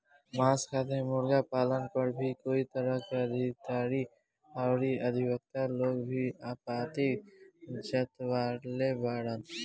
मांस खातिर मुर्गी पालन पर भी कई तरह के अधिकारी अउरी अधिवक्ता लोग भी आपत्ति जतवले बाड़न